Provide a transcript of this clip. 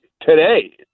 today